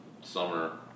summer